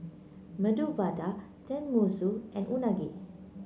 Medu Vada Tenmusu and Unagi